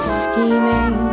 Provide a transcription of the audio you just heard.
scheming